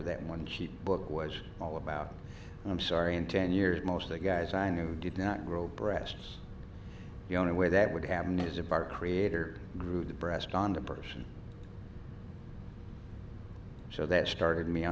of that one sheet book was all about and i'm sorry in ten years most of the guys i knew did not grow breasts the only way that would happen is if our creator grew the breast on a person so that started me